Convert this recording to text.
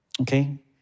Okay